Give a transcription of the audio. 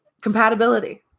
compatibility